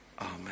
Amen